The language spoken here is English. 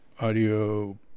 Audio